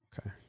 Okay